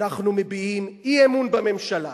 אנחנו מביעים אי-אמון בממשלה